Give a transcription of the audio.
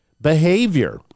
behavior